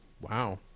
Wow